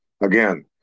again